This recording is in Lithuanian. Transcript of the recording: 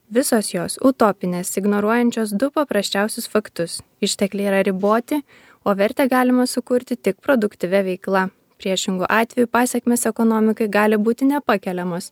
visos jos utopinės ignoruojančios du paprasčiausius faktus ištekliai yra riboti o vertę galima sukurti tik produktyvia veikla priešingu atveju pasekmės ekonomikai gali būti nepakeliamos